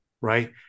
right